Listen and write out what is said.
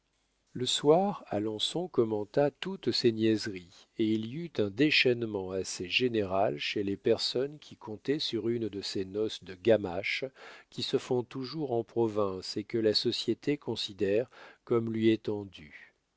le soir alençon commenta toutes ces niaiseries et il y eut un déchaînement assez général chez les personnes qui comptaient sur une de ces noces de gamache qui se font toujours en province et que la société considère comme lui étant